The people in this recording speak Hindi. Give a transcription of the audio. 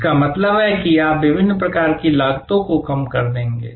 जिसका मतलब है कि आप विभिन्न प्रकार की लागतों को कम कर देंगे